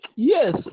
Yes